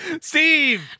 Steve